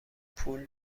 پول